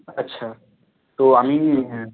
আচ্ছা তো আমি হ্যাঁ